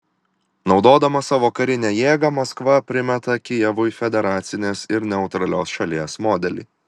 naudodama savo karinę jėgą maskva primeta kijevui federacinės ir neutralios šalies modelį